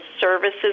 services